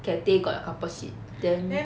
cathay got a couple seat then